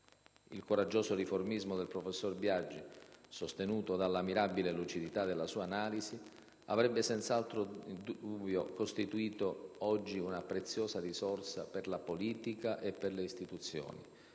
Il coraggioso riformismo del professor Biagi, sostenuto dalla mirabile lucidità della sua analisi, avrebbe senza dubbio costituito oggi una preziosa risorsa per la politica e per le istituzioni,